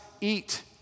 eat